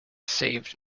saved